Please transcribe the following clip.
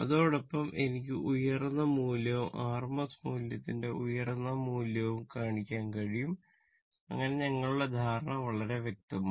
അതോടൊപ്പം എനിക്ക് ഉയർന്ന മൂല്യവും rms മൂല്യത്തിന്റെ ഉയർന്ന മൂല്യവും കാണിക്കാൻ കഴിയും അങ്ങനെ ഞങ്ങളുടെ ധാരണ വളരെ വ്യക്തമാകും